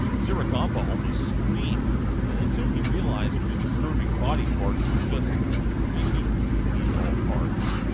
zaraganba almost screamed until he realised the disturbing body parts were just creepy baby doll parts.